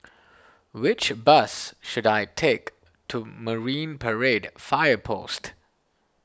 which bus should I take to Marine Parade Fire Post